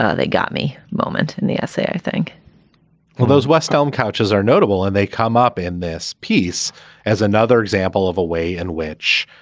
ah they got me moment in the essay, i think well, those west elm couches are notable and they come up in this piece as another example of a way in which,